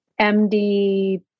MD